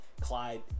Clyde